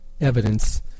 evidence